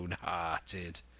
hearted